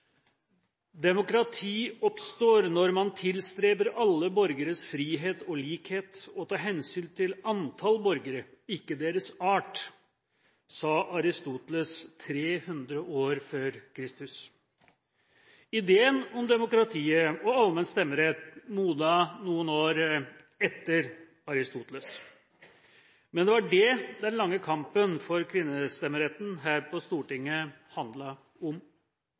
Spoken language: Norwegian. Demokrati oppstår når man tilstreber alle borgeres frihet og likhet, og tar hensyn til antall borgere, men ikke deres art, sa Aristoteles 300 år f.Kr. Ideen om demokratiet og allmenn stemmerett modnet noen år etter Aristoteles, men det var dét den lange kampen for kvinnestemmeretten her på Stortinget handlet om: